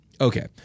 okay